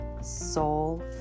soul